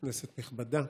כנסת נכבדה,